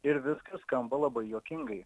ir viskas skamba labai juokingai